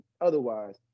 otherwise